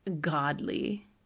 godly